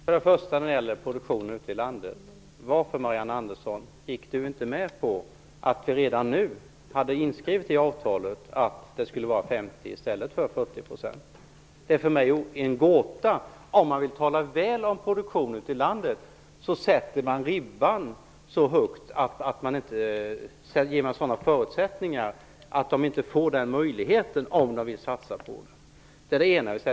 Herr talman! Jag vill fråga varför Marianne Andersson inte gick med på att redan nu skriva in i avtalet att 50 % i stället för 40 % av programmen skall produceras ute i landet. Det är för mig en gåta. Man talar väl om produktionen ute i landet, men man ger sådana förutsättningar att de inte har möjlighet att satsa. Det är det ena.